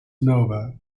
nova